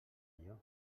allò